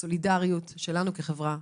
הסולידריות שלנו כחברה.